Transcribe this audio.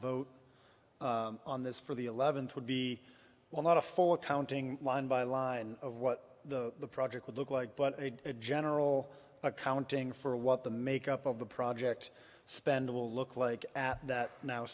vote on this for the eleventh would be well not a full accounting line by line of what the project would look like but a general accounting for what the make up of the project spend will look like that now